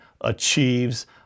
achieves